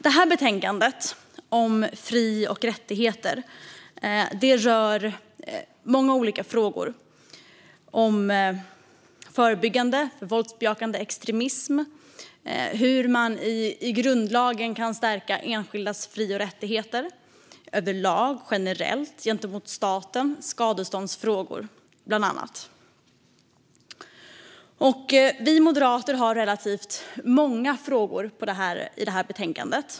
Detta betänkande om fri och rättigheter rör många olika frågor: förebyggande av våldsbejakande extremism och hur man i grundlagen kan stärka enskildas fri och rättigheter överlag generellt gentemot staten, bland annat när det gäller skadeståndsfrågor. Vi moderater har relativt många frågor i detta betänkande.